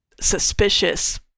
suspicious